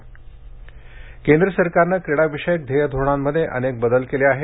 रिजिज् केंद्र सरकारने क्रीडा विषयक ध्येय धोरणांमध्ये अनेक बदल केले आहेत